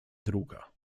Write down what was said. druga